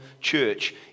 church